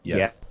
yes